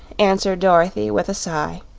answered dorothy with a sigh.